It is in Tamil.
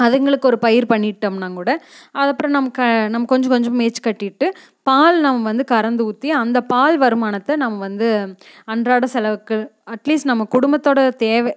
அதுங்களுக்கு ஒரு பயிர் பண்ணிட்டோம்னா கூட அதுக்கப்புறம் நமக்கு நம்ம கொஞ்ச கொஞ்சம் மேய்ச்சி கட்டிட்டு பால் நம்ம வந்து கறந்து ஊற்றி அந்த பால் வருமானத்தை நம்ம வந்து அன்றாடய செலவுக்கு அட்லீஸ்ட் நம்ம குடும்பத்தோடய தேவை